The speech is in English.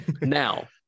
Now